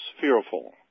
fearful